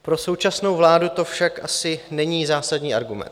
Pro současnou vládu to však asi není zásadní argument.